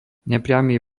nepriamy